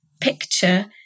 picture